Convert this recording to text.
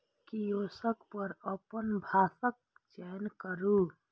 kiosk पर अपन भाषाक चयन करू